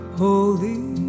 holy